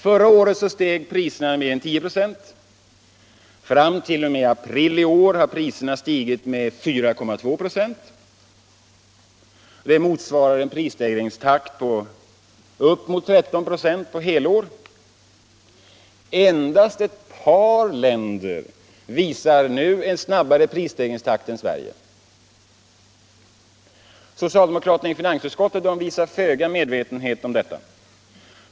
Förra året steg priserna med mer än 10 96. Fram t.o.m. april i år har priserna stigit med 4,2 96, vilket motsvarar en prisstegringstakt om uppemot 13 96 på helår. Endast ett par länder visar nu en snabbare prisstegringstakt än Sverige. Socialdemokraterna i finansutskottet visar föga medvetenhet om detta.